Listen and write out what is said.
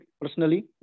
personally